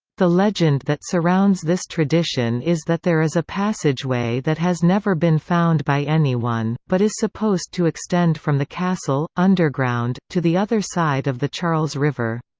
the legend that surrounds this tradition is that there is a passageway that has never been found by anyone, but is supposed to extend from the castle, underground, to the other side of the charles river.